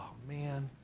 man!